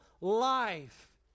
life